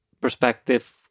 perspective